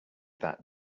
that